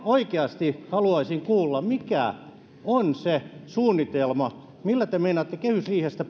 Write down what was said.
oikeasti haluaisin kuulla mikä on se suunnitelma millä te meinaatte kehysriihestä